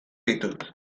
ditut